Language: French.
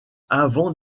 avant